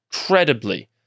Incredibly